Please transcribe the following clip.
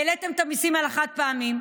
העליתם את המיסים על החד-פעמי,